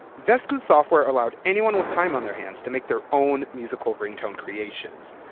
vesku's software allowed anyone with time on their hands to make their own musical ringtone creations,